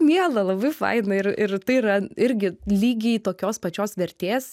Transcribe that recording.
miela labai faina ir ir tai yra irgi lygiai tokios pačios vertės